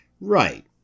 Right